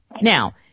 Now